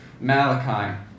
Malachi